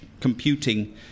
computing